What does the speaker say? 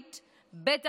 ובטח היא לא מנהיגות.